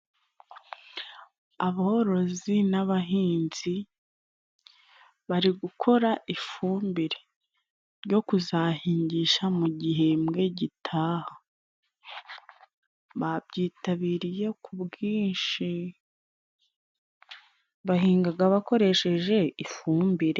Aborozi n’abahinzi bari gukora ifumbire yo kuzahingisha mu gihembwe gitaha. Babyitabiriye ku bwinshi, bahingaga bakoresheje ifumbire.